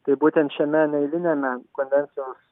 tai būtent šiame neeiliniame konvencijos